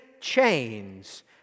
chains